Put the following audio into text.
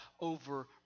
over